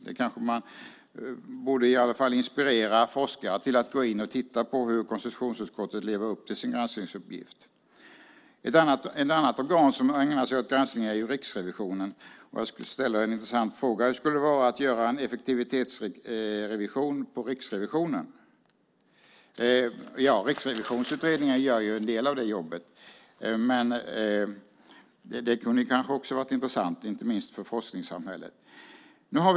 Man kanske borde inspirera forskare att titta på hur konstitutionsutskottet lever upp till sin granskningsuppgift. Ett annat organ som ägnar sig åt granskning är ju Riksrevisionen. Jag ska ställa en intressant fråga: Hur skulle det vara att göra en effektivitetsrevision på Riksrevisionen? Riksrevisionsutredningen gör en del av det jobbet. Det kunde kanske också vara intressant, inte minst för forskningssamhället.